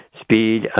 speed